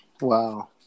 Wow